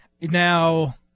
Now